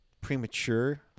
premature